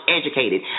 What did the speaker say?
educated